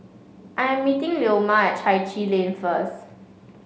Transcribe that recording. I am meeting Leoma at Chai Chee Lane first